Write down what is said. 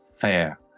fair